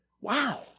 Wow